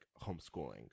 homeschooling